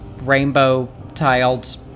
rainbow-tiled